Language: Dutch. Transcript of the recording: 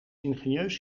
ingenieus